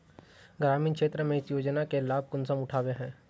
ग्रामीण क्षेत्र में इस योजना के लाभ कुंसम उठावे है?